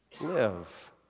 live